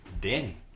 Danny